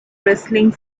wrestling